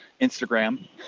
Instagram